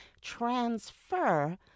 transfer